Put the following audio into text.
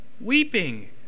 Weeping